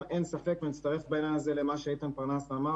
אני מצטרף בעניין הזה למה שאיתן פרנס אמר,